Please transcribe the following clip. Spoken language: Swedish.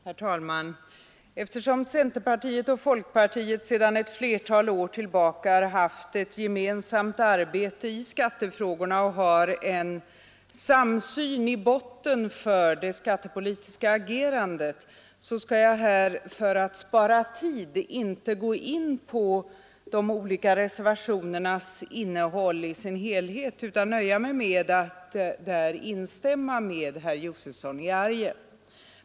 Herr talman! Eftersom centerpartiet och folkpartiet sedan ett flertal år har ett gemensamt arbete i skattefrågorna och har en samsyn i botten för det skattepolitiska agerandet, skall jag här för att spara tid inte gå in på de olika reservationernas innehåll. Jag nöjer mig med att instämma i vad herr Josefson i Arrie har sagt.